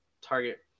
target